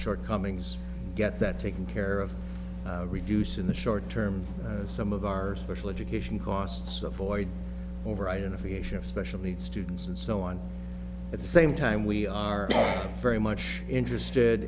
shortcomings get that taken care of reduce in the short term some of our special education costs of voice over identification of special needs students and so on at the same time we are very much interested